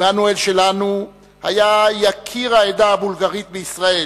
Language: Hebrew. עמנואל שלנו היה יקיר העדה הבולגרית בישראל,